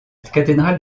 cathédrale